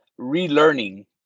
relearning